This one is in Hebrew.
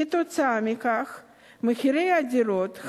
כתוצאה מכך מחירי הדירות,